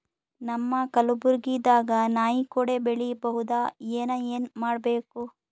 ನಮ್ಮ ಕಲಬುರ್ಗಿ ದಾಗ ನಾಯಿ ಕೊಡೆ ಬೆಳಿ ಬಹುದಾ, ಏನ ಏನ್ ಮಾಡಬೇಕು?